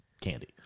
candy